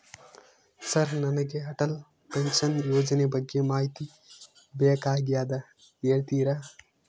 Sir ನನಗೆ Atal pension ಯೋಜನೆ ಬಗ್ಗೆ ಮಾಹಿತಿ ಬೇಕಾಗ್ಯದ ಹೇಳ್ತೇರಾ?